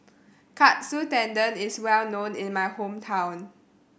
Katsu Tendon is well known in my hometown